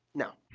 now.